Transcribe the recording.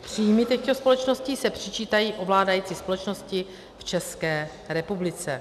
Příjmy těchto společností se přičítají ovládající společnosti v České republice.